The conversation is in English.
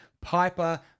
Piper